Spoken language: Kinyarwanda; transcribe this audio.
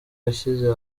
yashyize